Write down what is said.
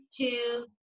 two